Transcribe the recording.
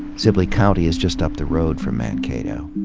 sibley county is just up the road from mankato.